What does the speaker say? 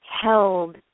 held